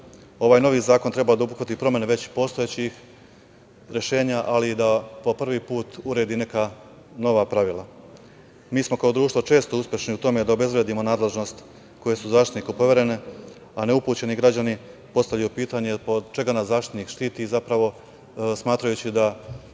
novi zakon treba da obuhvati promene već postojećih rešenja, ali i da po prvi put uredi neka nova pravila. Mi smo kao društvo često uspešni u tome da obezbedimo nadležnost koje su Zaštitniku poverene, a neupućeni građani postavljaju pitanje - od čega nas Zaštitnik štiti, zapravo smatrajući da